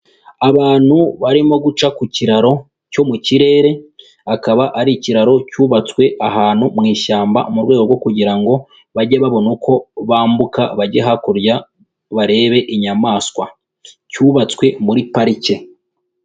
Abantu barimo guca ku kiraro cyo mu kirere, akaba ari ikiraro cyubatswe ahantu mu ishyamba mu rwego rwo kugira ngo bajye babona uko bambuka bajye hakurya barebe inyamaswa, cyubatswe muri parike.